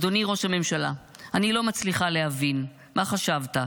אדוני ראש הממשלה, אני לא מצליחה להבין מה חשבת.